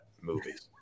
movies